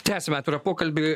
tęsiame atvirą pokalbį